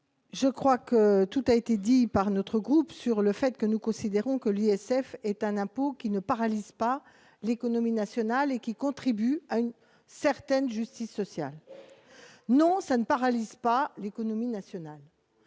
collègues, tout a été dit par notre groupe : nous considérons que l'ISF est un impôt qui ne paralyse pas l'économie nationale et qui contribue à une certaine justice sociale. Non, il ne paralyse pas l'économie nationale